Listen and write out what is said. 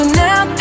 now